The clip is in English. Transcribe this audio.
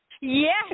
yes